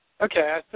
Okay